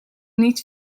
niet